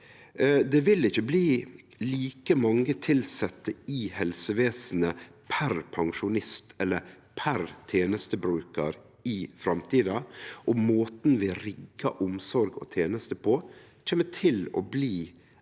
Det vil ikkje bli like mange tilsette i helsevesenet per pensjonist eller per tenestebrukar i framtida, og måten vi riggar omsorg og tenester på, kjem til å bli ganske